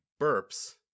burps